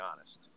honest